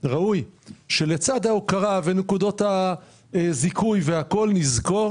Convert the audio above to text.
שלצד ההוקרה ונקודות הזיכוי והכל נזכור